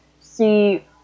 see